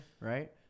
right